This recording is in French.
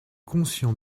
conscient